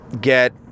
get